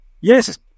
Yes